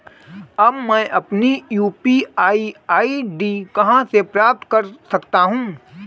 अब मैं अपनी यू.पी.आई आई.डी कहां से प्राप्त कर सकता हूं?